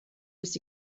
with